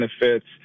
benefits